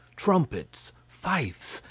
trumpets, fifes,